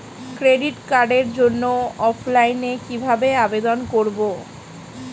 Credit কার্ডের জন্য অফলাইনে কিভাবে আবেদন করব?